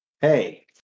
hey